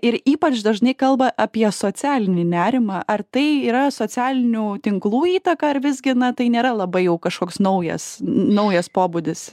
ir ypač dažnai kalba apie socialinį nerimą ar tai yra socialinių tinklų įtaka ar visgi na tai nėra labai jau kažkoks naujas naujas pobūdis